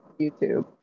YouTube